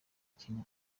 kenya